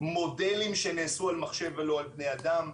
מודלים שנעשו על מחשב ולא על בני אדם,